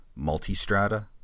Multistrata